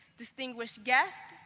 distinguished guests,